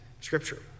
scripture